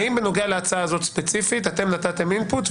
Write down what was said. האם בנוגע להצעה הזו ספציפית נתתם in-put?